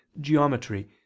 geometry